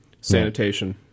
sanitation